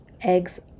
eggs